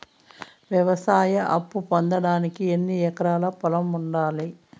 వ్యవసాయ అప్పు పొందడానికి ఎన్ని ఎకరాల పొలం ఉండాలి?